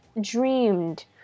dreamed